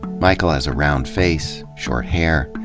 michael has a round face. short hair.